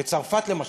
בצרפת, למשל.